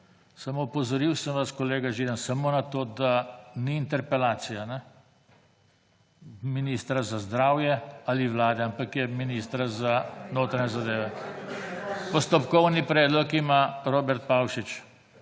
samo opozoril sem vas, kolega Židan, samo na to, da ni interpelacija ministra za zdravje ali Vlade, ampak je ministra za notranje zadeve. / oglašanje iz dvorane/ Postopkovni predlog ima Robert Pavšič.